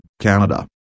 Canada